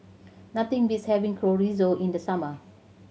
nothing beats having Chorizo in the summer